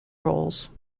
roles